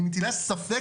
'אני מטילה ספק',